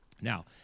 Now